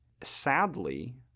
sadly